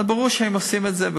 אז ברור שהם עושים את זה,